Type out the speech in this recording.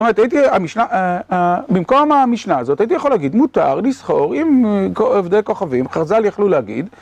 זאת אומרת, במקום המשנה הזאת, הייתי יכול להגיד, מותר לסחור עם הבדל כוכבים, חרזל יכלו להגיד.